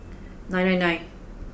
nine nine nine